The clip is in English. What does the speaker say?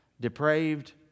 depraved